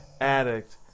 addict